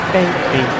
Baby